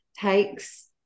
takes